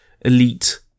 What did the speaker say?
elite